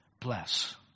bless